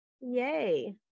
yay